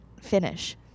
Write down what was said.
finish